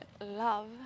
love